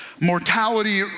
mortality